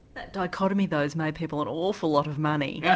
that dichotomy, though, has made people an awful lot of money. yeah